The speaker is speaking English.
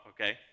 okay